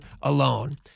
alone